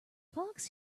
fox